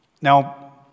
Now